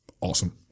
awesome